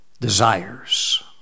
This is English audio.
desires